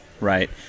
Right